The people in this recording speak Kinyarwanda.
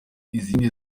izindi